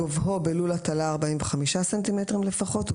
גובהו בלול הטלה 45 סנטימטרים לפחות,